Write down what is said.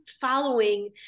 following